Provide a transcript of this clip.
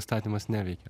įstatymas neveikia